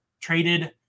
Traded